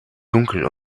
dunkel